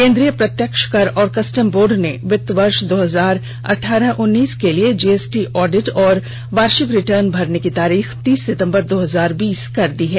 केन्द्रीय प्रत्यक्ष कर और कस्टम बोर्ड ने वित्त वर्ष दो हजार अठारह उन्नीस के लिए जीएसटी ऑडिट और वार्षिक रिर्टन भरने की तारीख तीस सितम्बर दो हजार बीस कर दी है